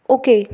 okay